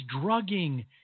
drugging